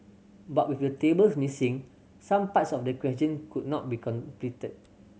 but with the tables missing some parts of the question could not be completed